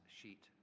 sheet